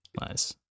Nice